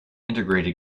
integrated